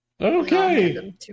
Okay